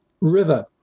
river